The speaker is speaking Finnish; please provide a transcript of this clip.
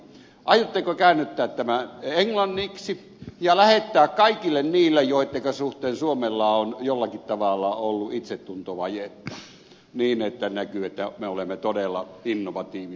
aiotteko käännättää tämän englanniksi ja lähettää kaikille niille joittenka suhteen suomella on jollakin tavalla ollut itsetuntovajetta niin että näkyy että me olemme todella innovatiivinen kansa